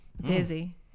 Busy